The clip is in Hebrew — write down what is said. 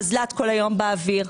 מזל"ט כל היום באוויר.